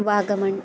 Vagamon